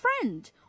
friend